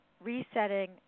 Resetting